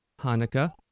Hanukkah